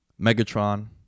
Megatron